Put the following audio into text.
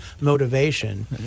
motivation